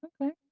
Okay